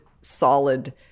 solid